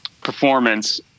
performance